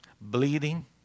bleeding